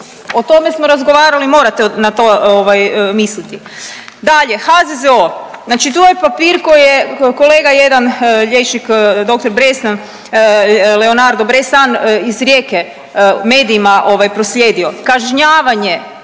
o tome smo razgovarali morate na to misliti. Dalje, HZZO, znači tu je papir koji je kolega jedan liječnik doktor Bressan, Leonardo Bressan iz Rijeke medijima proslijedio, kažnjavanje,